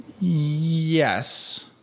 Yes